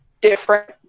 different